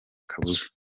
kabuza